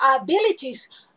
abilities